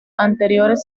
anteriores